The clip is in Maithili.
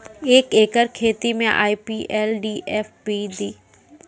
एक एकरऽ खेती मे आई.पी.एल डी.ए.पी दु बोरा देला से फ़सल अच्छा होय छै?